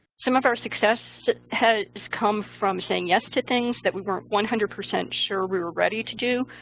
some of our success has come from saying yes to things that we weren't one hundred percent sure we were ready to do,